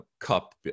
cup